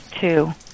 two